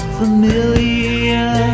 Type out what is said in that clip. familiar